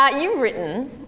but you've written,